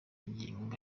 magingo